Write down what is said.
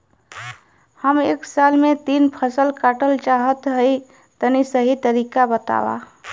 हम एक साल में तीन फसल काटल चाहत हइं तनि सही तरीका बतावा?